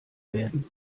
werden